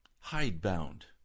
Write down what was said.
hidebound